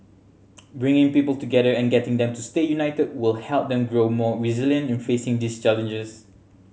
bringing people together and getting them to stay united will help them grow more resilient in facing these challenges